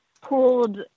pulled